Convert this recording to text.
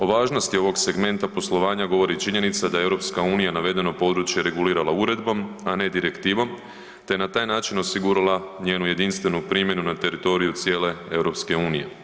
O važnosti ovog segmenta poslovanja govori činjenica da je EU navedeno područje regulirala uredbom a ne direktivom te je na taj način osigurala njenu jedinstvenu primjenu na teritoriju cijele EU.